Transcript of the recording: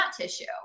tissue